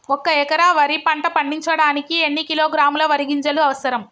ఒక్క ఎకరా వరి పంట పండించడానికి ఎన్ని కిలోగ్రాముల వరి గింజలు అవసరం?